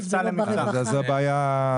זוהי בעיה גדולה.